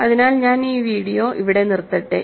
അതിനാൽ ഞാൻ വീഡിയോ ഇവിടെ നിർത്തട്ടെ